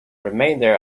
remainder